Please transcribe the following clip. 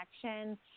connection